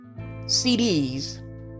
CDs